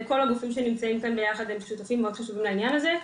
כל הגופים שנמצאים כאן ביחד הם שותפים מאוד חשובים לעניין הזה.